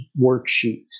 worksheets